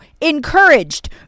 encouraged